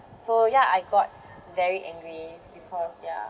so ya I got very angry because ya